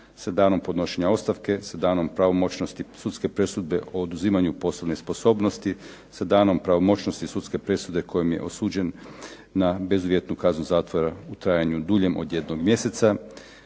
sa danom podnošenja ostavke, sa danom pravomoćnosti sudske presude o oduzimanju poslovne sposobnosti. Sa danom pravomoćnosti sudske presude kojom je osuđen na bezuvjetnu kaznu zatvora u trajanju duljem od jednog mjeseca.